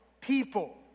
People